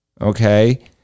okay